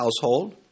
household